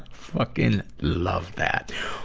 fucking love that!